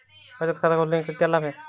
बचत खाता खोलने के क्या लाभ हैं?